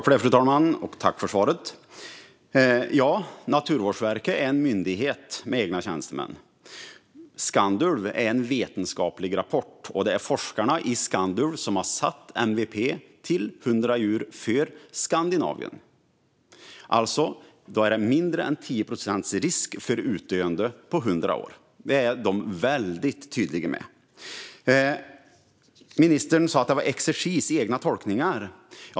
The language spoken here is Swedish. Fru talman! Tack för svaret! Naturvårdsverket är en myndighet med egna tjänstemän. Skandulv är ett vetenskapligt projekt, och det är forskarna i Skandulv som har satt MVP till 100 djur för Skandinavien. Då är det alltså mindre än 10 procents risk för utdöende på 100 år. Det är de väldigt tydliga med. Ministern sa att det var en exercis i egna tolkningar.